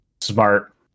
smart